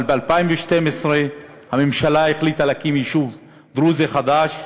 אבל ב-2012 הממשלה החליטה להקים יישוב דרוזי חדש,